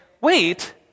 wait